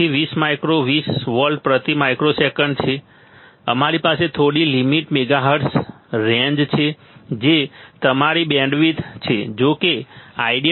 5 થી 20 micro 20 volt પ્રતિ microsecond છે અમારી પાસે થોડી લિમીટેડ મેગાહર્ટ્ઝ રેન્જ છે જે તમારી બેન્ડવિડ્થ છે